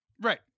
Right